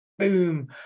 boom